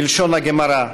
בלשון הגמרא,